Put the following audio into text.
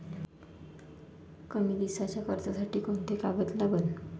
कमी दिसाच्या कर्जासाठी कोंते कागद लागन?